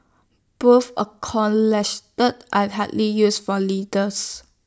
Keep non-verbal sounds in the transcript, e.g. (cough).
both (unintelligible) are hardly used for leaders